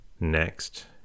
next